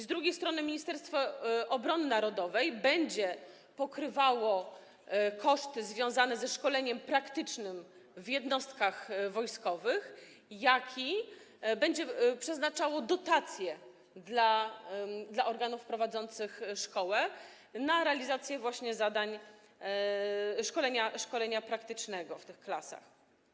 Z drugiej strony Ministerstwo Obrony Narodowej będzie pokrywało koszty związane ze szkoleniem praktycznym w jednostkach wojskowych i będzie przeznaczało dotacje dla organów prowadzących szkołę na realizację właśnie szkolenia praktycznego w tych klasach.